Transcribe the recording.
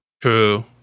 True